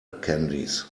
candies